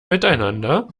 miteinander